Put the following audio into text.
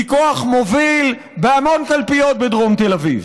היא כוח מוביל בהמון קלפיות בדרום תל אביב.